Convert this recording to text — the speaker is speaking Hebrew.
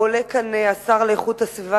עולה כאן השר לאיכות הסביבה,